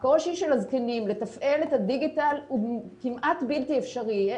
הקושי של הזקנים לתפעל את הדיגיטל הוא כמעט בלתי אפשרי.